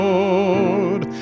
Lord